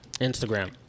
Instagram